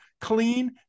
clean